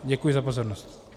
Děkuji za pozornost.